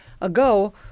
ago